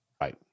Right